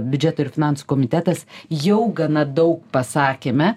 biudžeto ir finansų komitetas jau gana daug pasakėme